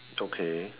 okay